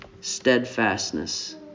steadfastness